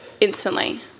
instantly